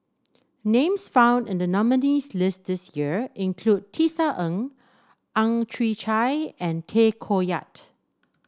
names found in the nominees' list this year include Tisa Ng Ang Chwee Chai and Tay Koh Yat